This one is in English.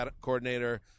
coordinator